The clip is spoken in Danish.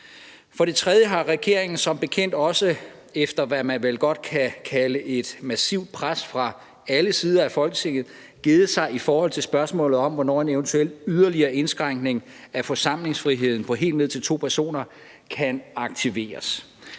For det tredje har regeringen som bekendt også, efter hvad man vel godt kan kalde for et massivt pres fra alle sider af Folketinget, givet sig i forhold til spørgsmålet om, hvornår en eventuel yderligere indskrænkning af forsamlingsfriheden på helt ned til to personer kan aktiveres.